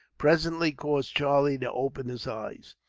presently caused charlie to open his eyes.